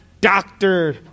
doctor